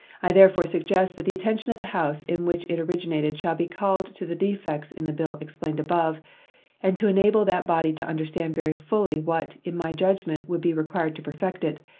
i therefore suggest that the attention of the house in which it originated shall be called to the defects in the bill explained above and to enable that body to understand very fully what, in my judgment, would be required to perfect it,